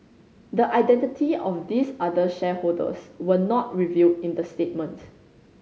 the identity of these other shareholders were not revealed in the statement